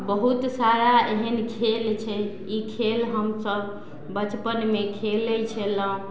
बहुत सारा एहन खेल छै ई खेल हमसब बचपनमे खेलय छलहुँ